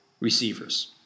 receivers